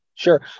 Sure